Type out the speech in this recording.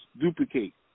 duplicate